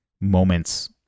moments